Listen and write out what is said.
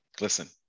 listen